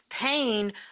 pain